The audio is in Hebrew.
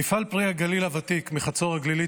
מפעל פרי הגליל הוותיק מחצור הגלילית